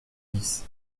dix